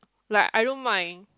like I don't mind